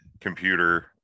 computer